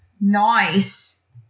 Nice